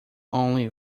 only